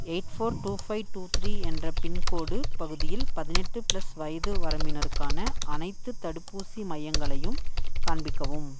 eight four two five two three என்ற pincode பகுதியில் பதினெட்டு பிளஸ் வயது வரம்பினருக்கான அனைத்துத் தடுப்பூசி மையங்களையும் காண்பிக்கவும்